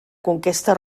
conquesta